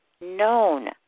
known